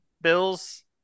Bills